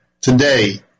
today